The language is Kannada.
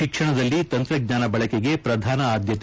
ಶಿಕ್ಷಣದಲ್ಲಿ ತಂತ್ರಜ್ಞಾನ ಬಳಕೆಗೆ ಪ್ರಧಾನ ಆದ್ಯತೆ